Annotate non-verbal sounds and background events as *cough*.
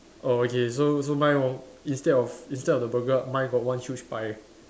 okay so so mine *noise* instead of instead of the burger mine got one huge pie